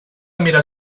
mirar